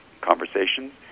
conversations